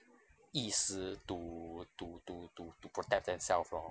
意思 to to to to to protect themselves lor